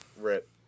rip